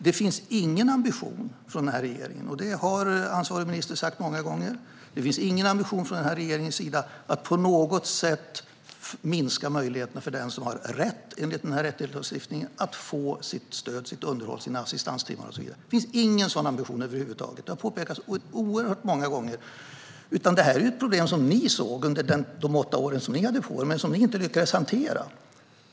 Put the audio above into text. Det finns ingen ambition från denna regering - det har ansvarig minister sagt många gånger - att på något sätt minska möjligheterna för den som enligt denna lagstiftning har rätt till stöd, underhåll, assistanstimmar och så vidare. Det finns ingen sådan ambition över huvud taget; det har påpekats oerhört många gånger. Det här är i stället ett problem som ni såg under de åtta år ni hade på er, Anders W Jonsson, men som ni inte lyckades hantera.